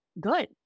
good